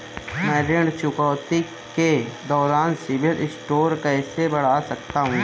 मैं ऋण चुकौती के दौरान सिबिल स्कोर कैसे बढ़ा सकता हूं?